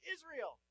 Israel